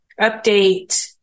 update